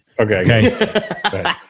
Okay